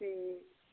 ठीक